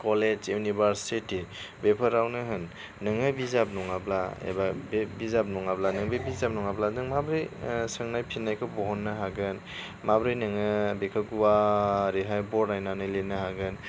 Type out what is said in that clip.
college university बेफोरावनो होन नोङो बिजाब नङाब्ला एबा बे बिजाब नङाब्ला नों बे बिजाब नङाब्ला नों माब्रै सोंनाय फिन्नायखौ बहननो हागोन माब्रै नोङो बेखौ गुवारैहाय बरनायनानैहाय लिरनो हागोन